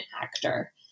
actor